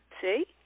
See